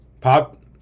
Pop